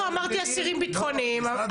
לא, אמרתי אסירים ביטחוניים.